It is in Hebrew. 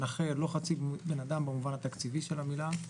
ונכה לא חצי בן אדם במובן התקציבי של המילה.